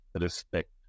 respect